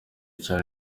cyane